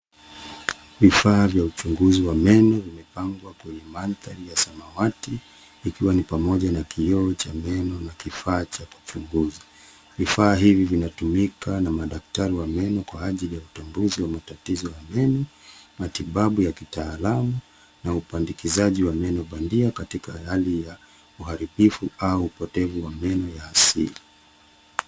Vifaa vya uchunguzi wa meno vimepangwa kwenye mandhari ya samawati ikiwa ni pamoja na kioo cha meno na kifaa cha kuchunguza. Vifaa hivi vinatumika na madaktari wa meno kwa ajili ya utambuzi wa matatizo ya meno, matibabu ya kitaalamu na upandikizaji wa meno bandia katika hali ya uharibifu au upotevu wa meno ya asili.